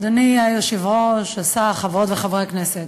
אדוני היושב-ראש, השר, חברות וחברי הכנסת,